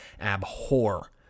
Abhor